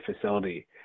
facility